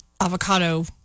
avocado